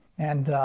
and,